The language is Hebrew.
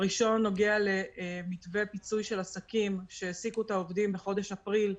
הראשונה נוגעת למתווה פיצוי של העסקים שהעסיקו את העובדים בחודש אפריל,